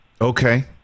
Okay